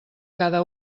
cada